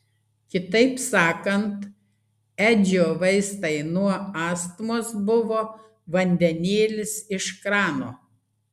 kitaip sakant edžio vaistai nuo astmos buvo vandenėlis iš krano